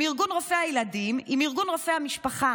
עם ארגון רופאי ילדים, עם ארגון רופאי המשפחה.